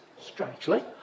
strangely